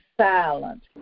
silent